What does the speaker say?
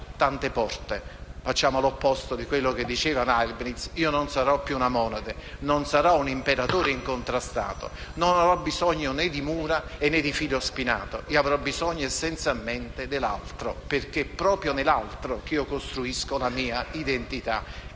tante porte. Facciamo l'opposto di quello che diceva Leibniz: io non sarò più una monade, un imperatore incontrastato; non avrò bisogno né di mura, né di fila spinato; io avrò bisogno dell'altro, perché è proprio nell'altro che costruisco la mia identità.